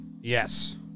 Yes